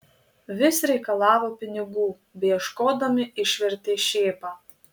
vis reikalavo pinigų beieškodami išvertė šėpą